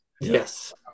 Yes